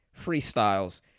freestyles